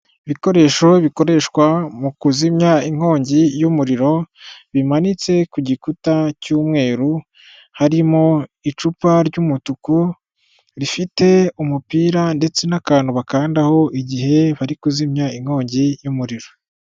Ibikoresho bikoreshwa mu kuzimya inkongi y'umuriro, bimanitse ku gikuta cy'umweru, harimo icupa ry'umutuku rifite umupira ndetse n'akantu bakandaho igihe bari kuzimya inkongi y'umuriro.